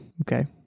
Okay